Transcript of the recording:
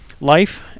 life